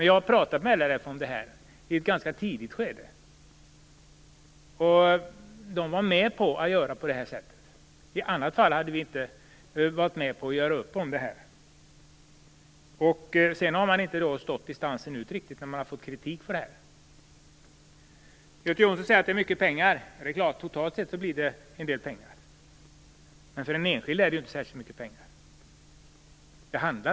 Jag har pratat med LRF om det i ett ganska tidigt skede, och de var med på att göra på det här sättet. I annat fall skulle vi inte ha varit med om att göra upp. Sedan har de inte stått hela distansen när de har fått kritik för detta. Göte Jonsson sade att det är fråga om mycket pengar. Ja, totalt sett blir det en del pengar, men för den enskilde handlar det inte om särskilt mycket pengar.